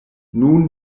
nun